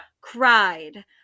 cried